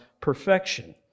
perfection